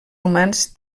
humans